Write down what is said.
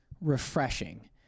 refreshing